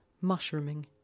mushrooming